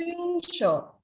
Screenshot